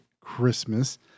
christmas